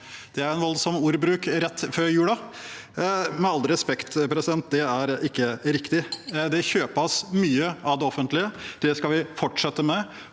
Det er en voldsom ordbruk rett før jul. Med all respekt: Det er ikke riktig. Det kjøpes mye av det offentlige. Det skal vi fortsette med.